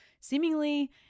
seemingly